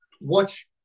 watch